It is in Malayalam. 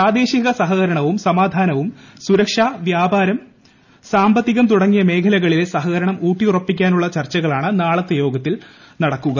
പ്രാദേശിക സഹകരണവും സമാധാനവും സുരക്ഷ വ്യാപാരം സാമ്പത്തികം തുടങ്ങിയ മേഖലകളിലെ സ്ഥഹകരണം ഊട്ടിയുറപ്പി ക്കാനുള്ള ചർച്ചകളാണ് നാളത്തെ യോഗ്യത്തിൽ നടക്കുക